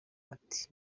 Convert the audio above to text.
ati